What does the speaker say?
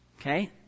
Okay